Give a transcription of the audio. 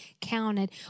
counted